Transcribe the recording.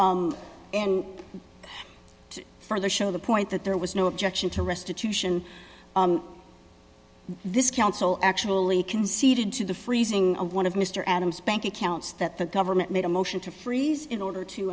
for the show the point that there was no objection to restitution this counsel actually conceded to the freezing of one of mr adams bank accounts that the government made a motion to freeze in order to